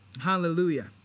Hallelujah